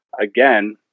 again